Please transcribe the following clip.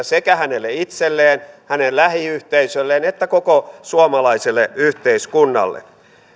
sekä hänelle itselleen hänen lähiyhteisölleen että koko suomalaiselle yhteiskunnalle